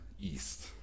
East